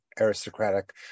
aristocratic